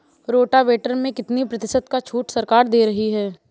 Rotavator में कितनी प्रतिशत का छूट सरकार दे रही है?